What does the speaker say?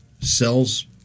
sells